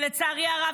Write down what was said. לצערי הרב,